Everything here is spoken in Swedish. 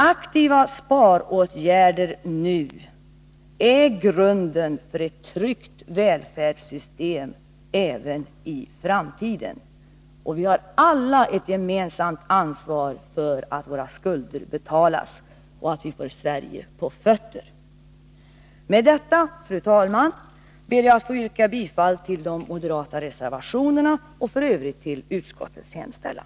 Aktiva sparåtgärder nu är grunden för ett tryggt välfärdssystem även i framtiden. Vi har alla ett gemensamt ansvar för att våra skulder betalas och att Sverige kommer på fötter. Med detta, fru talman, ber jag att få yrka bifall till de moderata reservationerna och i övrigt bifall till utskottets hemställan.